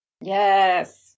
yes